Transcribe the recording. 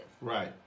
Right